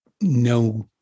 no